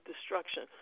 destruction